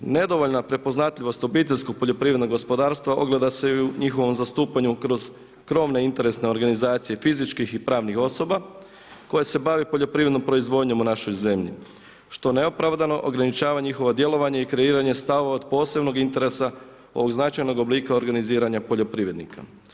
Nedovoljna prepoznatljivost obiteljskog poljoprivrednog gospodarstva ogleda se i u njihovom zastupanju kroz krovne interesne organizacije fizičkih i pravnih osoba koje se bave poljoprivrednom proizvodnjom u našoj zemlji što neopravdano ograničava njihovo djelovanje i kreiranje stavova od posebnog interesa ovog značajnog oblika organiziranja poljoprivrednika.